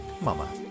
Mama